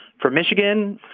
from michigan.